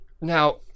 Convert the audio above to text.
Now